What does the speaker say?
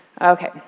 Okay